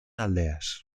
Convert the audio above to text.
aldeas